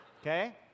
okay